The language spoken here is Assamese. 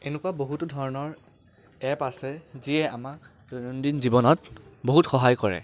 এনেকুৱা বহুতো ধৰণৰ এপ আছে যিয়ে আমাক দৈনন্দিন জীৱনত বহুত সহায় কৰে